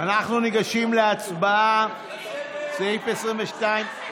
אנחנו ניגשים להצבעה אלקטרונית.